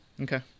Okay